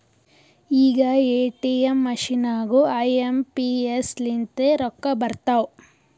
ಈಗ ATM machine ನಾಗೂ I M P S ಲಿಂತೆ ರೊಕ್ಕಾ ಬರ್ತಾವ್